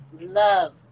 love